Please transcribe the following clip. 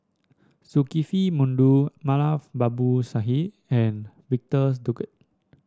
Zulkifli Baharudin Moulavi Babu Sahib and Victor Doggett